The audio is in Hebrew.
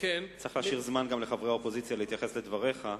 צריך להשאיר זמן גם לחברי האופוזיציה להתייחס לדבריך.